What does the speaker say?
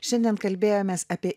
šiandien kalbėjomės apie